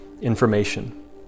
information